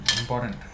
important